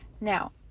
Now